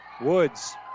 Woods